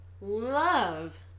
Love